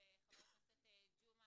אם הם רוצים וקשה להם או ראש אגף תקציבים